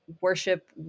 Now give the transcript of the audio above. worship